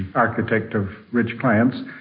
architect of rich clients.